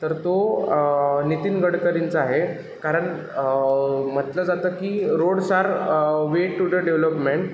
तर तो नितीन गडकरींचा आहे कारण म्हटलं जातं की roads are way to the development